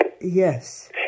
Yes